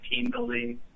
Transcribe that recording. team-building